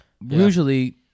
Usually